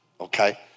okay